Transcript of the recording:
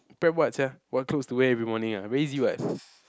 prep what sia what clothes to wear every morning ah very easy [what]